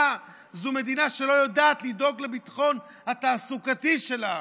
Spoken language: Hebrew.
זו מדינה שלא יודעת לדאוג לביטחון התעסוקתי שלה.